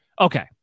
Okay